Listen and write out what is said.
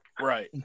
Right